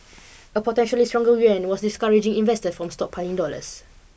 a potentially stronger yuan was discouraging investor from stockpiling dollars